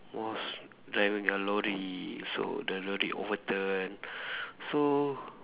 was driving a lorry so the lorry overturn so